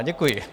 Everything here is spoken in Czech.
Děkuji.